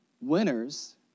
Winners